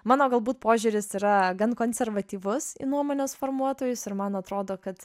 mano galbūt požiūris yra gan konservatyvus į nuomonės formuotojus ir man atrodo kad